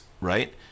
right